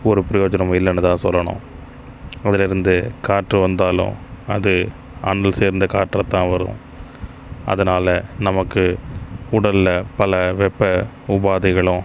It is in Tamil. ஒரு பிரயோஜனமும் இல்லைனு தான் சொல்லணும் அதில் இருந்து காற்று வந்தாலும் அது அனல் சேர்ந்த காற்றாக தான் வரும் அதனால் நமக்கு உடலில் பல வெப்ப உபாதைகளும்